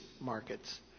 markets